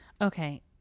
Okay